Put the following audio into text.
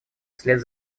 вслед